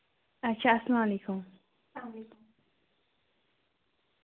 اَچھا اَسلام علیکُم